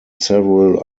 several